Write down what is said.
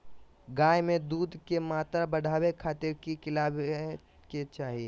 गाय में दूध के मात्रा बढ़ावे खातिर कि खिलावे के चाही?